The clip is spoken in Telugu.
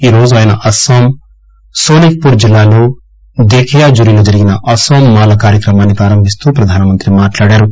ఈరోజు ఆయన అస్పాం నోనిక్ పూర్ జిల్లాలో దేకియాజులిలో జరిగిన అస్పోం మాల కార్యక్రమాన్ని ప్రారంభిస్తూ ప్రధానమంత్రి మాట్లాడారు